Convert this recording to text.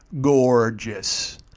gorgeous